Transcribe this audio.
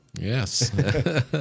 Yes